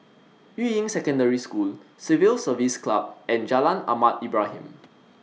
Yuying Secondary School Civil Service Club and Jalan Ahmad Ibrahim